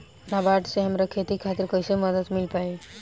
नाबार्ड से हमरा खेती खातिर कैसे मदद मिल पायी?